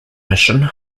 mission